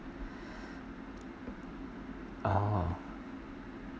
oh